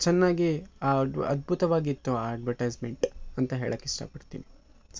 ಚೆನ್ನಾಗಿ ಅದ್ಭುತವಾಗಿತ್ತು ಆ ಅಡ್ವಟೈಸ್ಮೆಂಟ್ ಅಂತ ಹೇಳಕ್ಕಿಷ್ಟ ಪಡ್ತೀನಿ